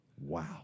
Wow